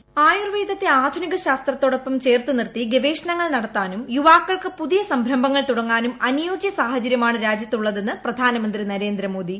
voice ആയൂർവേദത്തെ ആധുനിക ശാസ്ത്രത്തോടൊപ്പം ചേർത്ത് നിർത്തി ഗവേഷണങ്ങൾ നടത്താനും യുവാക്കൾക്ക് പുതിയ സംരംഭങ്ങൾ തുടങ്ങാനും അനുയോജ്യ സാഹചര്യമാണ് രാജ്യത്തുള്ളതെന്ന് പ്രധാനമന്ത്രി നരേന്ദ്രമോദി